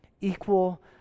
Equal